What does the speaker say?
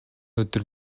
өдөр